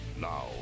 Now